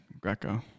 Greco